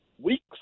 Weeks